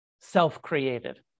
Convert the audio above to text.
self-created